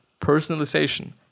Personalization